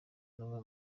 n’umwe